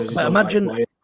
imagine